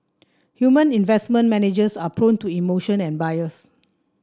human investment managers are prone to emotion and bias